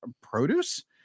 produce